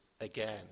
again